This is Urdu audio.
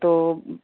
تو